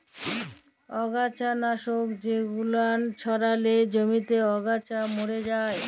আগাছা লাশক জেগুলান ছড়ালে জমিতে আগাছা ম্যরে যায়